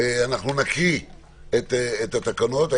נקרא את התקנות.